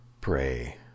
pray